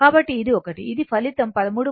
కాబట్టి ఇది ఒకటి ఇది ఫలితం 13